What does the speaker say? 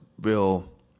real